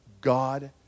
God